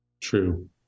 True